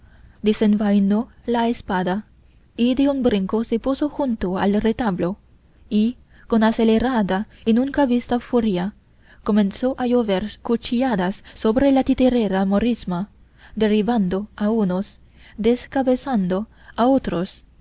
y haciendo desenvainó la espada y de un brinco se puso junto al retablo y con acelerada y nunca vista furia comenzó a llover cuchilladas sobre la titerera morisma derribando a unos descabezando a otros